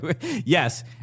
yes